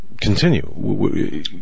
continue